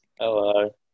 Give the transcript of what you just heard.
Hello